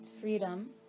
freedom